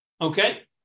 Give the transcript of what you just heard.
Okay